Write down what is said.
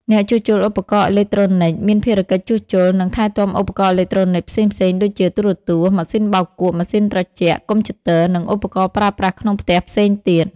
អ្នកជួសជុលឧបករណ៍អេឡិចត្រូនិកមានភារកិច្ចជួសជុល និងថែទាំឧបករណ៍អេឡិចត្រូនិចផ្សេងៗដូចជា ទូរទស្សន៍ ម៉ាស៊ីនបោកគក់ ម៉ាស៊ីនត្រជាក់ កុំព្យូទ័រ និងឧបករណ៍ប្រើប្រាស់ក្នុងផ្ទះផ្សេងទៀត។